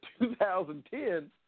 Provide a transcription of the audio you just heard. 2010